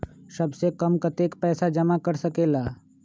सबसे कम कतेक पैसा जमा कर सकेल?